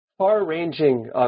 far-ranging